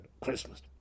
Christmas